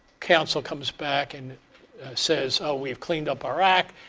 council comes back and says, we've cleaned up our act.